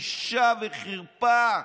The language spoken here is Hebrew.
"בושה וחרפה.